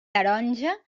taronja